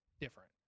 different